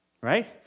Right